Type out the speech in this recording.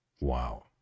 wow